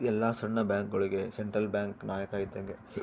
ಎಲ್ಲ ಸಣ್ಣ ಬ್ಯಾಂಕ್ಗಳುಗೆ ಸೆಂಟ್ರಲ್ ಬ್ಯಾಂಕ್ ನಾಯಕ ಇದ್ದಂಗೆ